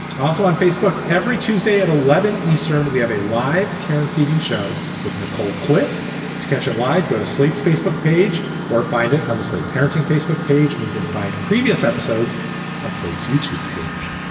also on facebook, every tuesday at eleven zero eastern, we have a live care feeding show with nicole cliffe to catch a live go to slate's facebook page or find it on the slate parenting facebook page. and you can find previous episodes on slate's youtube page.